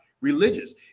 religious